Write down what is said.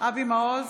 אבי מעוז,